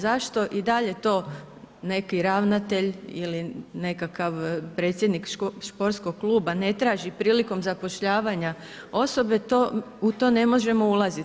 Zašto i dalje to neki ravnatelj ili nekakav predsjednik športskog kluba ne traži prilikom zapošljavanja osobe u to ne možemo ulaziti.